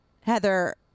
Heather